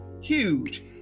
huge